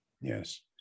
Yes